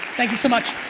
thank you so much.